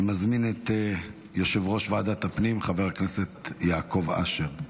אני מזמין את יושב-ראש ועדת הפנים חבר הכנסת יעקב אשר,